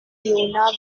buena